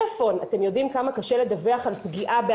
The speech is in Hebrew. אתם יודעים כמה קשה לדווח בעל פה על פגיעה?